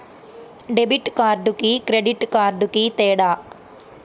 Debit కార్డుకి credit కార్డుకి తేడా?